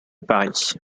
paris